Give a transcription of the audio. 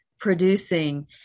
producing